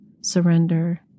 surrender